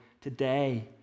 today